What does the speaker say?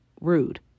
Rude